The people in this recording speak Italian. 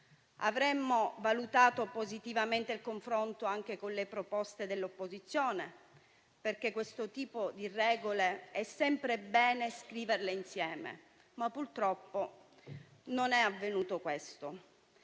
Avremmo valutato positivamente il confronto anche con le proposte dell'opposizione, perché questo tipo di regole è sempre bene scriverle insieme, ma purtroppo questo non è avvenuto.